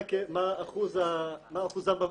מה האחוז באוכלוסייה,